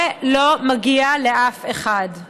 זה לא מגיע לאף אחד.